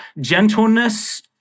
gentleness